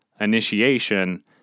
initiation